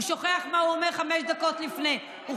הוא שוכח את מה הוא שאומר חמש דקות לפני זה.